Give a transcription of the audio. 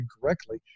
incorrectly